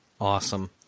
Awesome